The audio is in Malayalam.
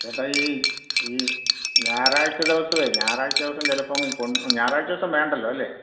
ചേട്ടാ ഈ ഈ ഞായറാഴ്ച ദിവസം ഞായറാഴ്ച ദിവസം ചെലപ്പം കൊണ്ട് ഞായറാഴ്ച ദിവസം വേണ്ടല്ലോ അല്ലേ